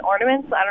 ornaments